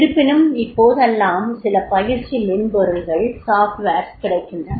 இருப்பினும் இப்போதெல்லாம் சில பயிற்சி மென்பொருள்கள் கிடைக்கின்றன